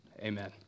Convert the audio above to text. Amen